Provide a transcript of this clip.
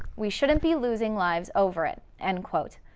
we shouldn't be losing lives over it, end quote.